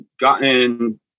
gotten